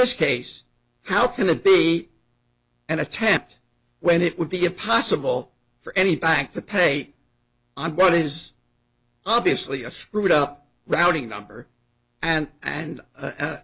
this case how can it be an attempt when it would be impossible for any bank to pay i want is obviously a screwed up routing number and and